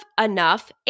enough